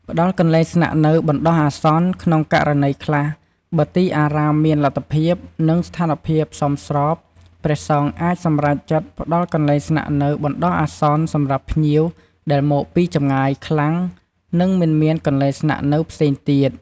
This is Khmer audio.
ព្រះអង្គលើកទឹកចិត្តពុទ្ធបរិស័ទឲ្យធ្វើបុណ្យទាន និងចូលរួមក្នុងការបដិសណ្ឋារកិច្ចភ្ញៀវ ដែលជាផ្នែកមួយនៃការកសាងបុណ្យកុសល និងសាមគ្គីភាពសហគមន៍។